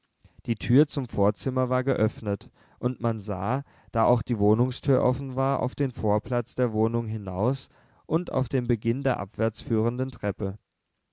die tür zum vorzimmer war geöffnet und man sah da auch die wohnungstür offen war auf den vorplatz der wohnung hinaus und auf den beginn der abwärts führenden treppe